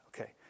Okay